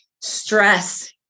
stress